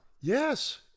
yes